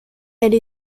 elle